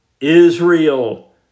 Israel